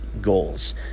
goals